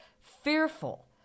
fearful